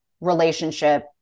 relationship